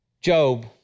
Job